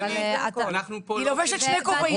אז אנחנו פה --- היא לובשת שני כובעים,